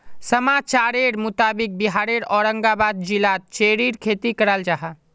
समाचारेर मुताबिक़ बिहारेर औरंगाबाद जिलात चेर्रीर खेती कराल जाहा